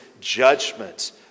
judgment